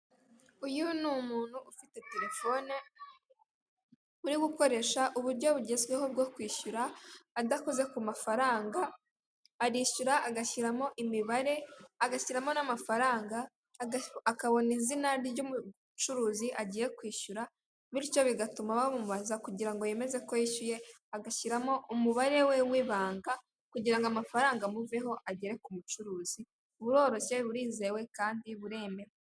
Uyu ni umuntu ufite telefoni uri gukoresha uburyo bugezweho bwo kwishyura adakoze ku mafaranga, arishyura agashyiramo imibare, agashyiramo n'amafaranga akabona izina ry'umucuruzi agiye kwishyura bityo bigatuma bamubaza kugira ngo yemeze ko yishyuye, agashyiramo umubare we w'ibanga kugira ngo amafaranga amuveho agere ku mucuruzi, buroroshye, burizewe kandi buremewe.